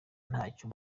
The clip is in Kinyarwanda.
ntacyo